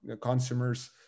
consumers